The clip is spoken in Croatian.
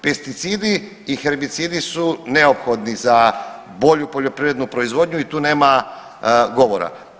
Pesticidi i herbicidi su neophodni za bolju poljoprivrednu proizvodnju i tu nema govora.